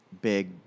big